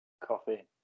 Coffee